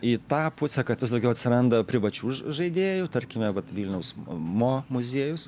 į tą pusę kad vis daugiau atsiranda privačių ž žaidėjų tarkime vat vilniaus m mo muziejus